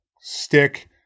stick